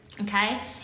Okay